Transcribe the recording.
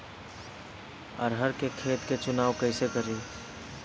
अरहर के खेत के चुनाव कईसे करी?